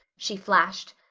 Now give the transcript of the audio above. she flashed.